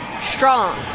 strong